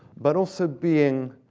but also being